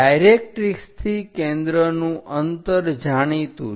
ડાયરેક્ટરીક્ષથી કેન્દ્રનું અંતર જાણીતું છે